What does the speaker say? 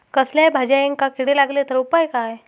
कसल्याय भाजायेंका किडे लागले तर उपाय काय?